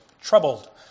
troubled